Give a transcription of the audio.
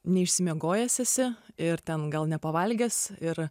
neišsimiegojęs esi ir ten gal nepavalgęs ir